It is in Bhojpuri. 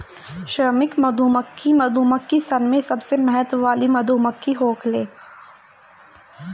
श्रमिक मधुमक्खी मधुमक्खी सन में सबसे महत्व वाली मधुमक्खी होखेले